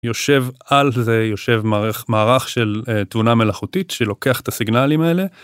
יושב על זה, יושב מערך של תבונה מלאכותית שלוקח את הסיגנלים האלה.